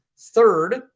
third